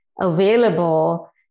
available